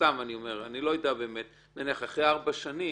סתם אני אומר נניח אחרי ארבע שנים,